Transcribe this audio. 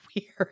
weird